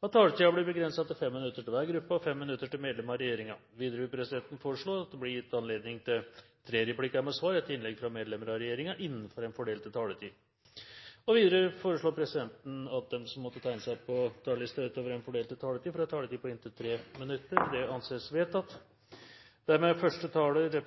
at taletiden blir begrenset til 5 minutter til hver gruppe og 5 minutter til medlem av regjeringen. Videre vil presidenten foreslå at det blir gitt anledning til tre replikker med svar etter innlegg fra medlem av regjeringen innenfor den fordelte taletid. Videre blir det foreslått at de som måtte tegne seg på talerlisten utover den fordelte taletid, får en taletid på inntil 3 minutter. – Det anses vedtatt. Første taler er